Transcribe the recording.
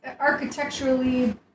architecturally